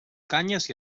canyes